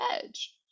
edge